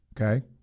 Okay